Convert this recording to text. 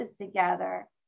together